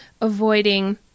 avoiding